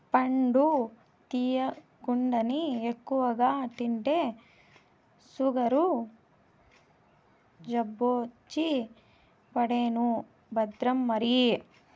పండు తియ్యగుందని ఎక్కువగా తింటే సుగరు జబ్బొచ్చి పడేను భద్రం మరి